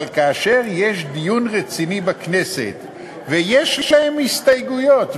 אבל כאשר יש דיון רציני בכנסת ויש להם הסתייגויות,